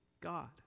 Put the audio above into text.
God